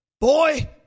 boy